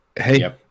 Hey